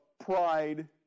pride